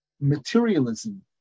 materialism